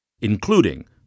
including